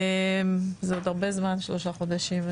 זה עוד הרבה זמן שלושה חודשים,